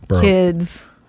kids